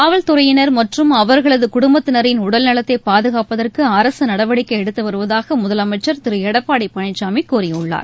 காவல்துறையினர் மற்றும் அவர்களது குடும்பத்தினரின் உடல்நலத்தை பாதுகாப்பதற்கு அரசு நடவடிக்கை எடுத்து வருவதாக முதலமைச்சர் திரு எடப்பாடி பழனிசாமி கூறியுள்ளார்